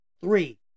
Three